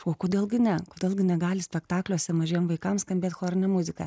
o kodėl gi ne kodėl gi negali spektakliuose mažiem vaikam skambėt chorinė muzika